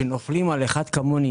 שנופלים על אחד כמוני.